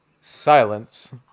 Silence